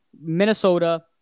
Minnesota